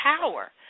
power